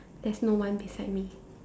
there's no one beside me